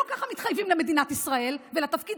לא ככה מתחייבים למדינת ישראל ולתפקיד